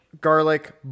garlic